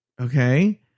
okay